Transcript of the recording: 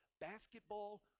basketball